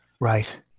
Right